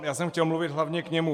Já jsem chtěl mluvit hlavně k němu.